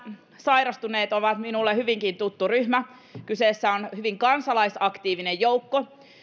sairastuneet ovat minulle hyvinkin tuttu ryhmä kyseessä on hyvin kansalaisaktiivinen joukko on